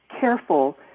careful